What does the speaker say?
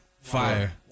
Fire